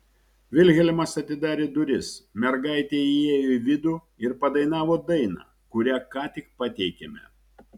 vilhelmas atidarė duris mergaitė įėjo į vidų ir padainavo dainą kurią ką tik pateikėme